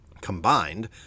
combined